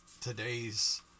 today's